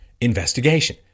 investigation